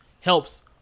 helps